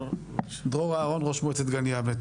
דרור אהרון, ראש מועצת גן יבנה.